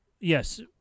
yes